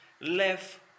left